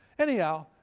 anyhow,